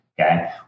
Okay